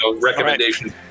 recommendations